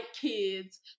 kids